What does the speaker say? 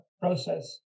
process